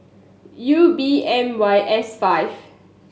U B M Y S five